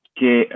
che